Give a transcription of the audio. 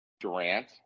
Durant